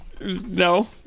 No